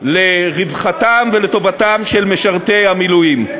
לרווחתם ולטובתם של משרתי המילואים.